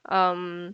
um